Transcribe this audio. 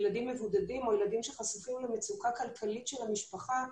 ילדים מבודדים או ילדים שחשופים למצוקה כלכלית של המשפחה.